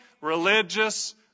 religious